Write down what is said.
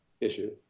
issue